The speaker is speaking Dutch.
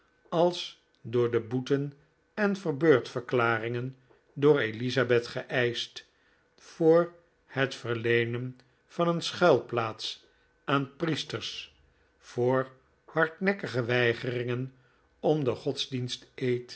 als door de boeten en verbeurtverklaringen door elizabeth geeischt voor het verleenen van een schuilplaats aan priesters voor hardnekkige weigeringen om den